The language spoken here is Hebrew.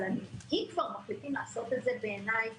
אבל אם כבר מחליטים לעשות את זה בעיניי